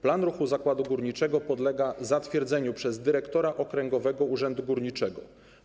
Plan ruchu zakładu górniczego podlega zatwierdzeniu przez dyrektora okręgowego urzędu górniczego.